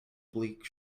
bleak